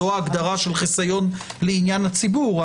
זו ההגדרה של החיסון לעניין הציבור,